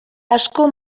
asko